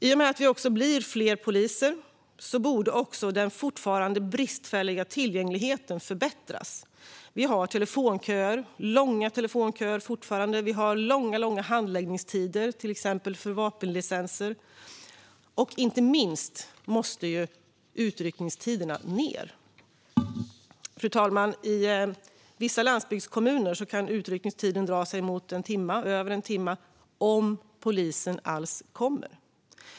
I och med att vi också blir fler poliser borde även den fortfarande bristfälliga tillgängligheten förbättras. Det finns fortfarande långa telefonköer och långa handläggningstider för till exempel vapenlicenser, och inte minst måste utryckningstiderna ned. Fru talman! I vissa landsbygdskommuner kan utryckningstiden dra sig uppemot en timme eller mer, om polisen alls kommer.